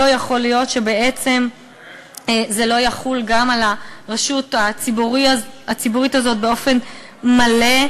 לא יכול להיות שבעצם זה לא יחול גם על הרשות הציבורית הזאת באופן מלא.